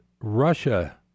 Russia